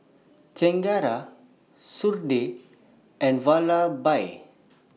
Chengara Sudhir and Vallabhbhai